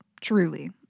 Truly